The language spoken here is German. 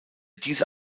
diese